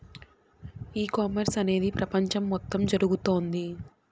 ఈ కామర్స్ అనేది ప్రపంచం మొత్తం జరుగుతోంది